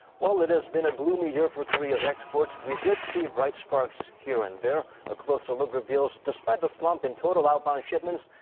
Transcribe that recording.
while it has been a gloomy year for korea's exports, we did see bright sparks here and there. a closer look reveals despite the slump in total outbound shimpents,